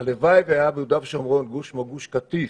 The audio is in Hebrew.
הלוואי שהיה ביהודה ושומרון גוש כמו גוש קטיף,